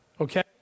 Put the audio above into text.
Okay